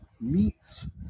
Meats